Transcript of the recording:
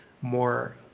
more